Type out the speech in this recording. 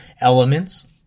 elements